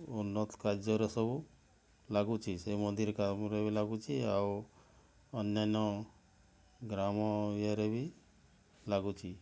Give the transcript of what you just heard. ଉନ୍ନତ କାର୍ଯ୍ୟରେ ସବୁ ଲାଗୁଛି ସେଇ ମନ୍ଦିର କାମରେ ବି ଲାଗୁଛି ଆଉ ଅନ୍ୟାନ୍ୟ ଗ୍ରାମ ଇଏରେ ବି ଲାଗୁଚି